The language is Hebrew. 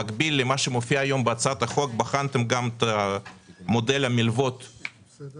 או במקביל למה שמופיע היום בהצעת החוק בחנתם גם את מודל המלוות מהציבור?